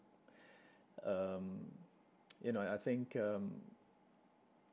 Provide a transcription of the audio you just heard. um you know I I think um